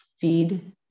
feed